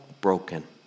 broken